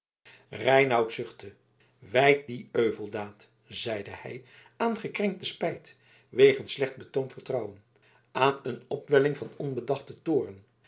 reinout zuchtte wijt die euveldaad zeide hij aan gekrenkte spijt wegens slecht beloond vertrouwen aan een opwelling van onbedachten toorn